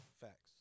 Facts